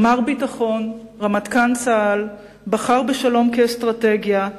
מר ביטחון, רמטכ"ל צה"ל, בחר בשלום כאסטרטגיה,